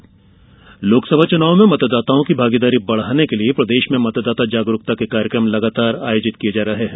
मतदाता जागरूकता लोकसभा चुनाव में मतदाताओं की भागीदारी बढ़ाने के लिए प्रदेश में मतदाता जागरूकता के कार्यक्रम लगातार आयोजित किये जा रहे हैं